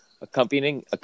Accompanying